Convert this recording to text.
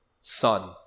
sun